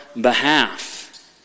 behalf